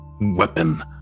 weapon